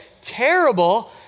terrible